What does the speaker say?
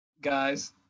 Guys